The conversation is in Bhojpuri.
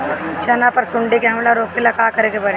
चना पर सुंडी के हमला रोके ला का करे के परी?